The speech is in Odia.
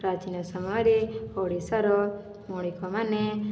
ପ୍ରାଚୀନ ସମୟରେ ଓଡ଼ିଶାର ବଣିକମାନେ